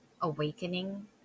awakening